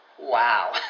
wow